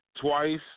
twice